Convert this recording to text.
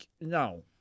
no